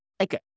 okay